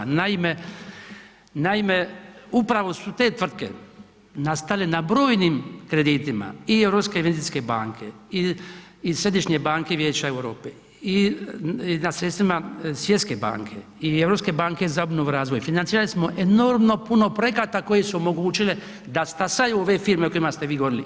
Naime, naime, upravo su te tvrtke nastale na brojnim kreditima i Europske investicijske banke i Središnje banke Vijeća Europe i na sredstvima Svjetske banke i Europske banke za obnovu i razvoj, financirali smo enormno puno projekata koje su omogućile da stasaju ove firme o kojima ste vi govorili.